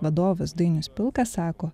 vadovas dainius pilka sako